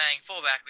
fullback